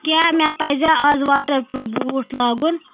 کیاہ مےٚ پَزیا آز واٹر پروٗف بوٗٹھ لاگُن